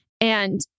And-